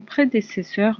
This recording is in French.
prédécesseur